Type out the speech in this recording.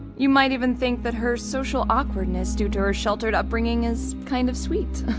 you might even think that her social awkwardness due to her sheltered upbringing is kind of sweet.